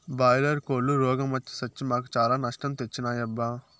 boiler కోల్లు రోగ మొచ్చి సచ్చి మాకు చాలా నష్టం తెచ్చినాయబ్బా